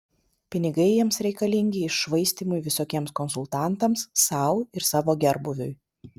pinigai jiems reikalingi iššvaistymui visokiems konsultantams sau ir savo gerbūviui